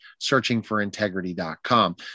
searchingforintegrity.com